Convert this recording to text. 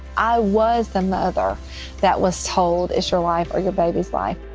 i was the mother that was told, it's your life or your baby's life.